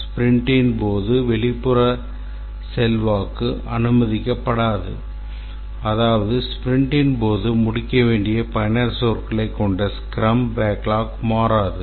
ஸ்பிரிண்டின் போது வெளிப்புற செல்வாக்கு அனுமதிக்கப்படாது அதாவது ஸ்பிரிண்டின் போது முடிக்க வேண்டிய பயனர் சொற் களைக் கொண்ட ஸ்க்ரம் பேக்லாக் மாறாது